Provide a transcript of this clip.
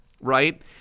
right